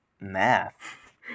math